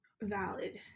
valid